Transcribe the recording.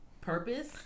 purpose